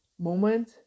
moment